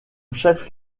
chef